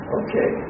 okay